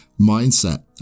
mindset